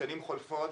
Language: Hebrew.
השנים חולפות,